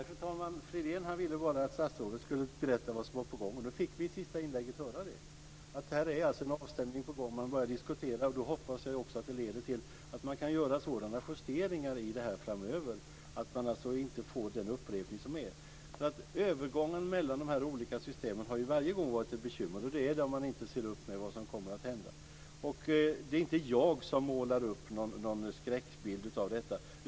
Fru talman! Nej, Fridén ville bara att statsrådet skulle berätta vad som var på gång. Nu fick vi i sista inlägget höra det. Här är alltså en avstämning på gång, och man börjar diskutera. Då hoppas jag också att det leder till att man kan göra sådana justeringar i det här framöver att man inte får en upprepning av det som varit. Övergången mellan de olika systemen har ju varje gång varit ett bekymmer. Det blir så om man inte ser upp med vad som kommer att hända. Det är inte jag som målar upp någon skräckbild av detta.